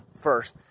first